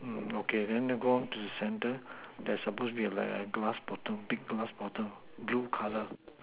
mm okay then then go on to the center there's suppose to be like a glass bottle big glass bottle blue colour